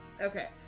Okay